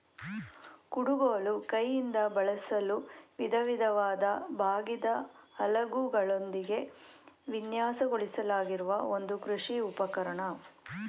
ಕುಡುಗೋಲು ಕೈಯಿಂದ ಬಳಸಲು ವಿಧವಿಧವಾದ ಬಾಗಿದ ಅಲಗುಗಳೊಂದಿಗೆ ವಿನ್ಯಾಸಗೊಳಿಸಲಾಗಿರುವ ಒಂದು ಕೃಷಿ ಉಪಕರಣ